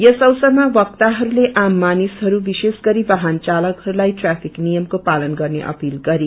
यस अवसरमा वक्ताहरूले आम मानिसहरू विश्रेष गरी वाहन चालकहरूलाई ट्राफिक नियमको पालन गर्ने अपिल गरियो